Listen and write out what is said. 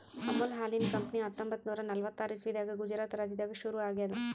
ಅಮುಲ್ ಹಾಲಿನ್ ಕಂಪನಿ ಹತ್ತೊಂಬತ್ತ್ ನೂರಾ ನಲ್ವತ್ತಾರ್ ಇಸವಿದಾಗ್ ಗುಜರಾತ್ ರಾಜ್ಯದಾಗ್ ಶುರು ಆಗ್ಯಾದ್